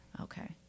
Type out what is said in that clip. okay